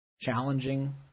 challenging